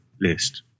list